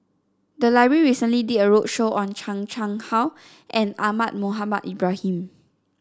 the library recently did a roadshow on Chan Chang How and Ahmad Mohamed Ibrahim